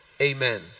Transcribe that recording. amen